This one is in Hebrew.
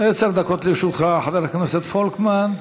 עשר דקות לרשותך, חבר הכנסת פולקמן.